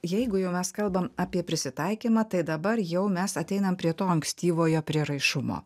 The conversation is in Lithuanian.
jeigu jau mes kalbam apie prisitaikymą tai dabar jau mes ateinam prie to ankstyvojo prieraišumo